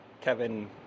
Kevin